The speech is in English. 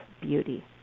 beauty